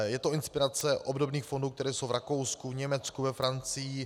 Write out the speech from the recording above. Je to inspirace obdobných fondů, které jsou v Rakousku, Německu, ve Francii.